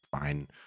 fine